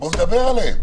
בוא נדבר עליהם.